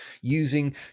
using